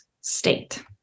state